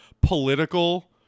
political